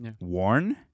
Worn